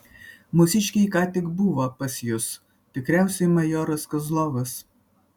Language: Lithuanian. mūsiškiai ką tik buvo pas jus tikriausiai majoras kozlovas